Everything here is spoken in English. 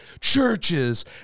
churches